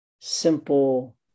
simple